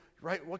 right